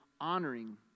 honoring